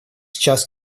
час